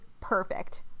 perfect